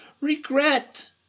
regret